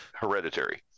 hereditary